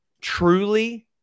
Truly